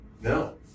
No